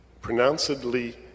pronouncedly